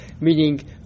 Meaning